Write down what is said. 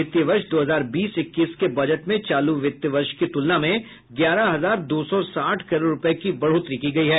वित्तीय वर्ष दो हजार बीस इक्कीस के बजट में चालू वित्त वर्ष की तुलना में ग्यारह हजार दो सौ साठ करोड रुपये की बढोतरी की गयी है